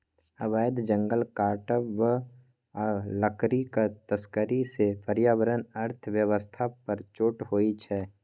अबैध जंगल काटब आ लकड़ीक तस्करी सँ पर्यावरण अर्थ बेबस्था पर चोट होइ छै